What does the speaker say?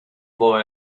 boy